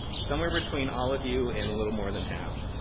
somewhere between all of you and a little more than half.